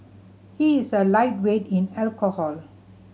he is a lightweight in alcohol